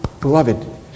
beloved